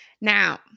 Now